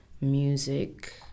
music